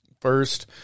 first